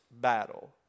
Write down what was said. battle